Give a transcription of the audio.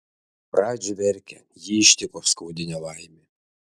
radži verkia jį ištiko skaudi nelaimė